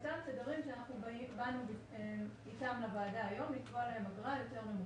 אותם תדרים שאנחנו באנו אתם לוועדה היום לקבוע להם אגרה יותר נמוכה,